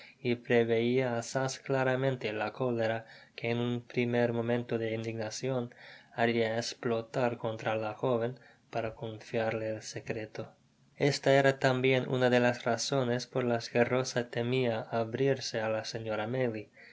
y preveia asaz claramente la cólera que en un primer momento de indignacion haria esplotar contra la joven para confiarle el secreto esta era tambien una de las razones por las que rosa temia abrirse á la señora